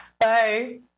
Bye